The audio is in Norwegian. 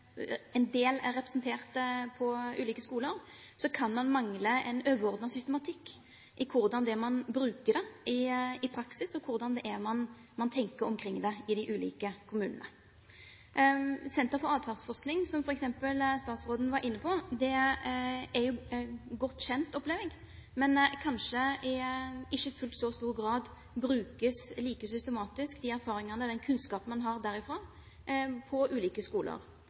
en del er representert på ulike skoler – kan man mangle en overordnet systematikk i hvordan man bruker dette i praksis, og hvordan man tenker omkring dette i de ulike kommunene. Senter for atferdsforskning, som f.eks. statstråden var inne på, opplever jeg som godt kjent, men at de erfaringene og den kunnskapen man har derfra, kanskje ikke brukes i så stor grad like systematisk og på de